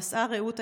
נסעה רעות,